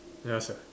ya sia